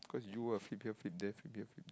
cause you ah flip here flip there flip here flip there